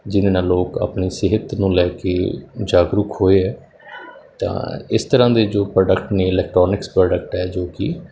ਜਿਹਦੇ ਨਾਲ ਲੋਕ ਆਪਣੀ ਸਿਹਤ ਨੂੰ ਲੈ ਕੇ ਜਾਗਰੂਕ ਹੋਏ ਹੈ ਤਾਂ ਇਸ ਤਰ੍ਹਾਂ ਦੇ ਜੋ ਪ੍ਰੋਡਕਟ ਨੇ ਇਲੈਕਟ੍ਰੋਨਿਕਸ ਪ੍ਰੋਡਕਟ ਹੈ ਜੋ ਕਿ